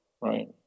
right